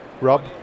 Rob